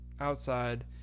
outside